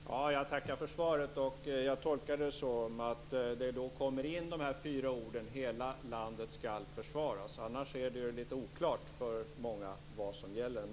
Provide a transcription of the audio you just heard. Fru talman! Jag tackar för svaret. Jag tolkar det så att de fyra orden "hela landet skall försvaras" skall infogas. Annars är det lite oklart för många vad som gäller.